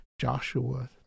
Joshua